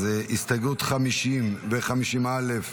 הסתייגות 50 ו-50 א'